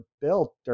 built